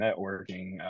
networking